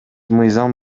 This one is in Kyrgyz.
мыйзам